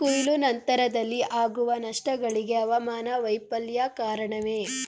ಕೊಯ್ಲು ನಂತರದಲ್ಲಿ ಆಗುವ ನಷ್ಟಗಳಿಗೆ ಹವಾಮಾನ ವೈಫಲ್ಯ ಕಾರಣವೇ?